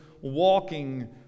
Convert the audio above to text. walking